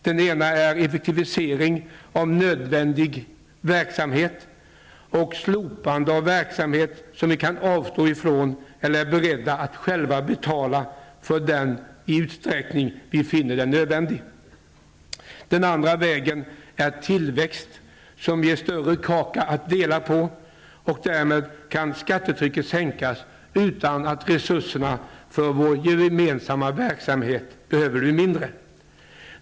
Den ena vägen är effektivisering av nödvändig verksamhet och slopande av verksamhet som vi kan avstå ifrån eller är beredda att själva betala för i den utsträckning vi finner den nödvändig. Den andra vägen är tillväxt som ger större kaka att dela på, och därmed kan skattetrycket sänkas utan att resurserna till vår gemensamma verksamhet behöver bli mindre.